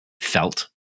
felt